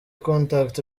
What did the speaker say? contact